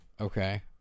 Okay